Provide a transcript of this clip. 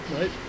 right